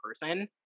person